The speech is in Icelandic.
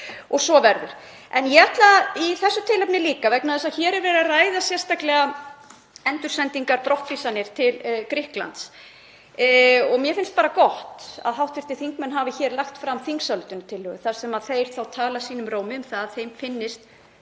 og svo verður. En ég ætla af þessu tilefni líka, vegna þess að hér er verið að ræða sérstaklega endursendingar, brottvísanir til Grikklands, að segja að mér finnst bara gott að hv. þingmenn hafi lagt fram þingsályktunartillögu þar sem þeir tala sínum rómi um að þeim finnist